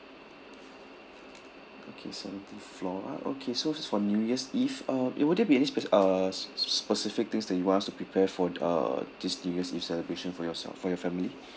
okay seventeenth floor ah okay so for new year's eve uh eh will there be any speci~ uh sp~ specific things that you want us to prepare for the uh this new year's eve celebration for yourself for your family